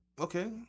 okay